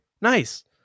Nice